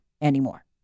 anymore